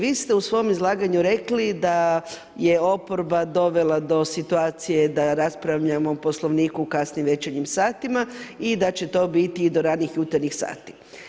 Vi ste u svom izlaganju rekli da je oporba dovela do situacije da raspravljamo o Poslovniku u kasnim večernjim satima i da će to biti do ranih jutarnjih sati.